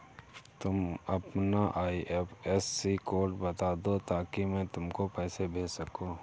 तुम अपना IFSC code बता दो ताकि मैं तुमको पैसे भेज सकूँ